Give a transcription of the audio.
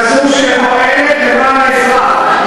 כזו שפועלת למען האזרח,